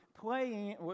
playing